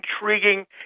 intriguing